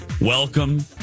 Welcome